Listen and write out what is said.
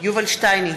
יובל שטייניץ,